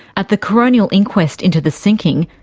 at the coronial inquest into the sinking,